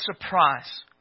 surprise